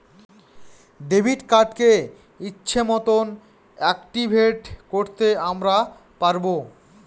debit কার্ডকে ইচ্ছে মতন অ্যাকটিভেট করতে আমরা পারবো